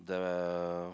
the